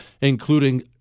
including